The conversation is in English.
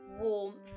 warmth